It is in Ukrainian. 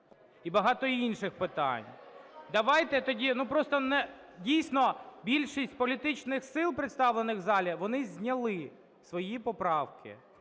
тоді… Ну, просто, дійсно, більшість політичних сил, представлених в залі, вони зняли свої поправки.